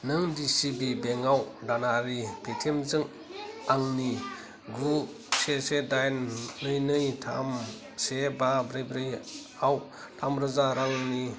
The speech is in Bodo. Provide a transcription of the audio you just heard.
नों दि सि बि बेंकआव दानाहारि पे टिएमजों आंनि गु से से दाइन नै नै थाम से बा ब्रै ब्रै आव थाम रोजा रांनि